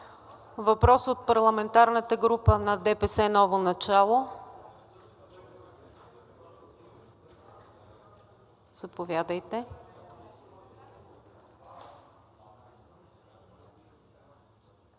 Въпрос от парламентарната група на „ДПС – Ново начало“? Заповядайте.